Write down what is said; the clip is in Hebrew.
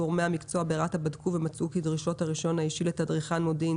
גורמי המקצוע ברת"א בדקו ומצאו כי דרישות הרישיון האישי לתדריכן מודיעין